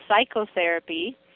psychotherapy